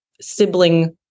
sibling